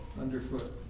underfoot